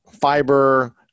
fiber